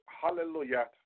hallelujah